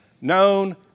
known